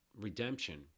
redemption